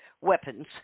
weapons